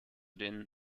den